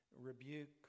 rebuke